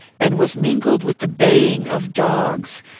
and was mingled with the baying of dogs,